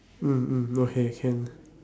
mm mm okay can